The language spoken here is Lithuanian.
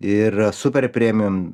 ir super premium